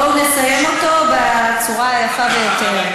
בואו נסיים אותו בצורה היפה ביותר.